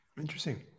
Interesting